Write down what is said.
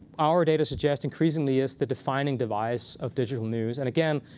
our data suggests, increasingly is the defining device of digital news. and again,